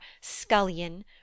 Scullion